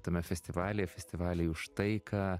tame festivalyje festivaly už taiką